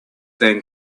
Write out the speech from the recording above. than